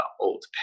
old